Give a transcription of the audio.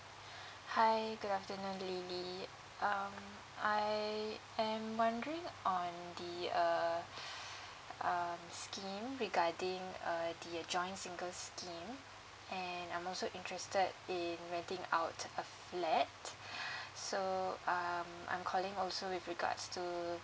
hi good afternoon lily um I am wondering on the uh um scheme regarding uh the uh joint singles scheme and I'm also interested in renting out a flat so um I'm calling also with regards to